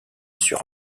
sur